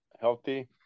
healthy